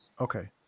Okay